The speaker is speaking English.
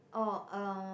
oh uh